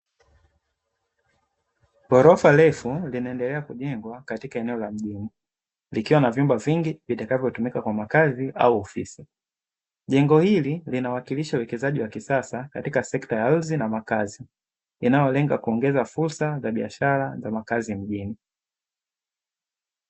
Ghorofa refu linaendelea kujengwa katika eneo la mjini, likiwa na vyumba vingi vitakavyotumika kwa makazi au ofisi. Jengo hili linawakilisha uwekezaji wa kisasa katika sekta ya ardhi na makazi, linalolenga kuongeza fursa za biashara na makazi mjini.